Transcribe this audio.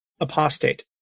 apostate